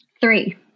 Three